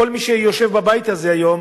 לכל מי שיושב בבית הזה היום,